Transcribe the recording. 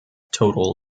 total